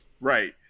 right